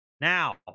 now